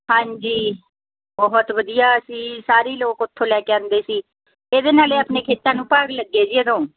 ਹਾਂਜੀ ਬਹੁਤ ਵਧੀਆ ਅਸੀਂ ਸਾਰੇ ਹੀ ਲੋਕ ਉਥੋਂ ਲੈ ਕੇ ਆਉਂਦੇ ਸੀ ਇਹਦੇ ਨਾਲ ਇਹ ਆਪਣੇ ਖੇਤਾਂ ਨੂੰ ਭਾਗ ਲੱਗੇ ਜੀ ਉਦੋਂ